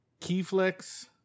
Keyflex